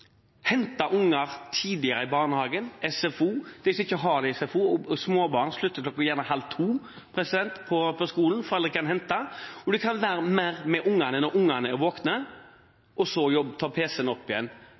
hente unger tidligere i barnehagen og på SFO – eller for dem som ikke har SFO, og småbarn slutter gjerne halv to på skolen, da kan foreldrene hente dem – man kan være mer sammen med ungene når de er våkne, og så ta pc-en opp igjen